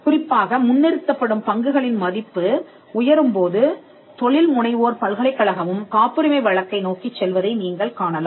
குறிப்பாக முன்னிறுத்தப்படும் பங்குகளின் மதிப்பு உயரும் போது தொழில்முனைவோர் பல்கலைக்கழகமும் காப்புரிமை வழக்கை நோக்கிச் செல்வதை நீங்கள் காணலாம்